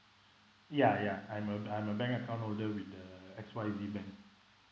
ya ya I'm a I'm a bank account holder with the X Y Z bank